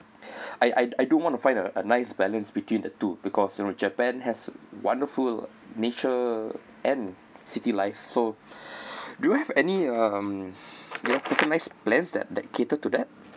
I I I do want to find a nice balance between the two because you know japan has wonderful nature and city life so do you have any um you know customized plans that that cater to that